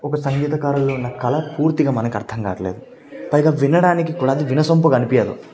ఒక సంగీతకారుల్లో ఉండే కళ పూర్తిగా మనకి అర్దంకావట్లేదు పైగా వినడానికి కూడ అది వినసొంపుగా అనిపియ్యదు